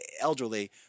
elderly